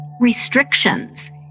restrictions